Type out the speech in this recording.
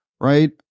right